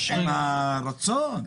עם הרצון?